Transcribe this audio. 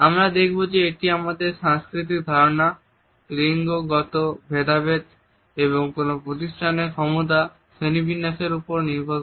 আমরা দেখব যে এটি আমাদের সাংস্কৃতিক ধারণা লিঙ্গ গত ভেদাভেদ এবং কোন প্রতিষ্ঠানের ক্ষমতা শ্রেণীবিন্যাসের ওপরও নির্ভর করে